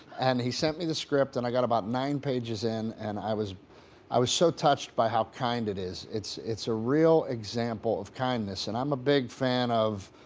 and he sent me the script and i got about nine pages in and i was i was so touched by how kind it is. it's it's a real example of kindness, and i'm a big fan of,